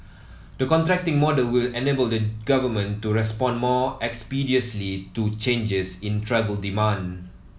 the contracting model will enable the Government to respond more expeditiously to changes in travel demand